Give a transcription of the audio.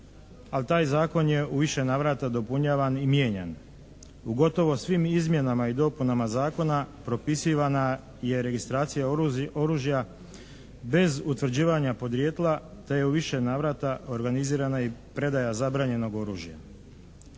ali taj zakon je u više navrata dopunjavan i mijenjan. U gotovo svim izmjenama i dopunama zakona propisivana je registracija oružja bez utvrđivanja podrijetla te je u više navrata organizirana i predaja zabranjenog oružja.